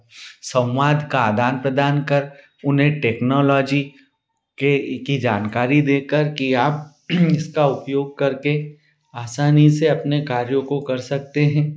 संवाद का आदान प्रदान कर उन्हें टेक्नालोजी के की जानकारी देकर की आप इसका उपयोग कर के आसानी से अपने कार्यों को कर सकते हैं